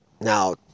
Now